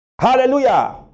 Hallelujah